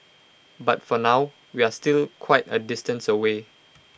but for now we're still quite A distance away